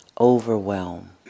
overwhelm